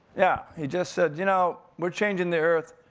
yeah, he just said, you know, we're changing the earth.